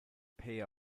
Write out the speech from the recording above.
pay